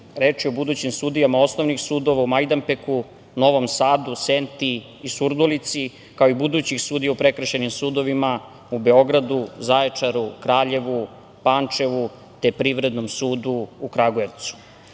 Reč je o budućim sudijama osnovnih sudova u Majdanpeku, Novom Sadu, Senti i Surdulici, kao i budućih sudija u prekršajnim sudovima u Beogradu, Zaječaru, Kraljevu, Pančevu, te Privrednom sudu u Kragujevcu. Mi